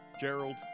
gerald